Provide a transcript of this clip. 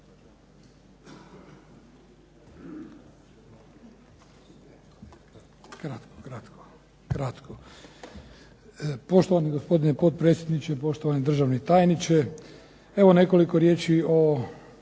Krešimir (HDZ)** Poštovani gospodine potpredsjedniče, poštovani državni tajniče. Evo nekoliko riječi o